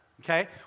Okay